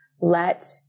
let